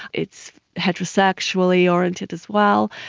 it's heterosexually oriented as well,